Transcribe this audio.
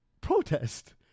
protest